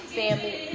family